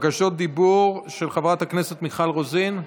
בקשות דיבור של חברת הכנסת מיכל רוזין,